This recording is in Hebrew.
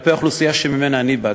כלפי האוכלוסייה שממנה אני בא.